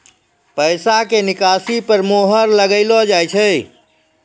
पैसा के निकासी पर मोहर लगाइलो जाय छै